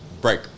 Break